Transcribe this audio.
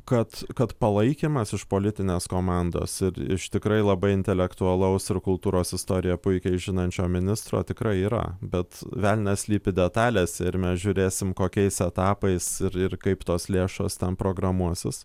kad kad palaikymas iš politinės komandos ir iš tikrai labai intelektualaus ir kultūros istoriją puikiai žinančio ministro tikrai yra bet velnias slypi detalėse ir mes žiūrėsim kokiais etapais ir ir kaip tos lėšos tam programuosis